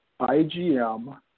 IgM